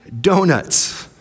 Donuts